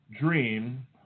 dream